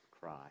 cry